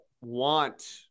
want